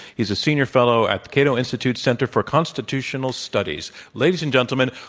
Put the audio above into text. he's a senior fellow at the cato institute center for constitutional studies. ladies and gentlemen,